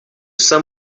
sun